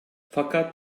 fakat